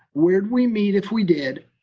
where did we meet if we did,